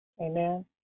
Amen